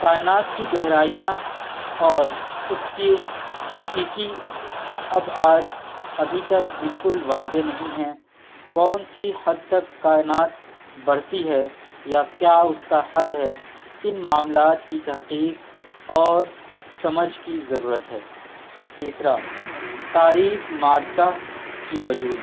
کائنات کی گہرائیاں اور اس کے حقیقی ابعاد ابھی تک بالکل واضح نہیں ہیں کون سی حد تک کائنات بڑھتی ہے یا کیا اس کا حد ہے ان معاملات کی تحقیق اور سمجھ کی ضرورت ہے تیسرا تاریک مادہ کی وجود